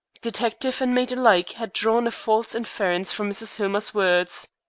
detective and maid alike had drawn a false inference from mrs. hillmer's words.